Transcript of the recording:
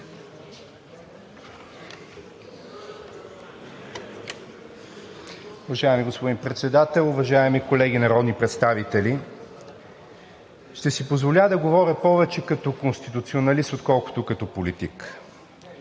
Уважаеми господин Председател, уважаеми колеги народни представители! Ще си позволя да говоря повече като конституционалист, отколкото като политик.